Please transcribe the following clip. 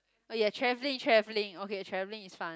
oh ya traveling traveling okay traveling is fun